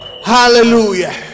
Hallelujah